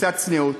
קצת צניעות.